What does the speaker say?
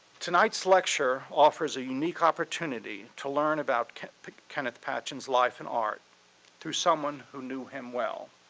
tonight's lecture offers a unique opportunity to learn about kenneth patchen's life and art through someone who knew him well.